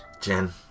Jen